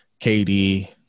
KD